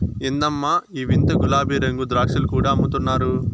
ఎందమ్మో ఈ వింత గులాబీరంగు ద్రాక్షలు కూడా అమ్ముతున్నారు